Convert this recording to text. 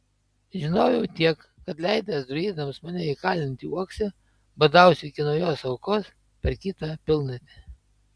žinojau tiek kad leidęs druidams mane įkalinti uokse badausiu iki naujos aukos per kitą pilnatį